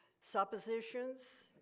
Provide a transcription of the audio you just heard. suppositions